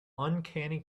uncanny